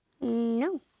No